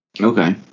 Okay